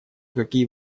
какие